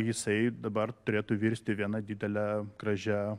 jisai dabar turėtų virsti viena didele gražia